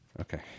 Okay